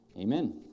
Amen